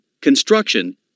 construction